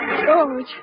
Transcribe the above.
George